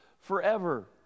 forever